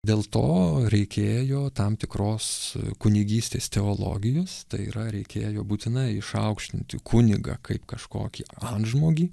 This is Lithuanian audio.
dėl to reikėjo tam tikros kunigystės teologijos tai yra reikėjo būtinai išaukštinti kunigą kaip kažkokį antžmogį